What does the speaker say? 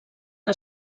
que